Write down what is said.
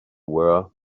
were